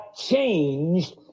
changed